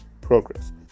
progress